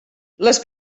les